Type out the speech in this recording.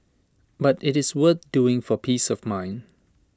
but IT is worth doing for peace of mind